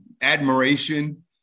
admiration